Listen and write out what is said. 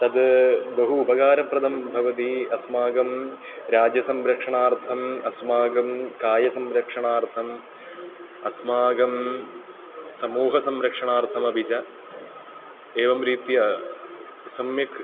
तद् बहु उपकारप्रदं भवति अस्माकं राज्यसंरक्षणार्थम् अस्माकं कायसंरक्षणार्थम् अस्माकं समूहसंरक्षणार्थम् अपि च एवं रीत्या सम्यक्